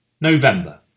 November